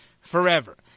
forever